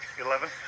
Eleven